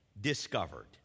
discovered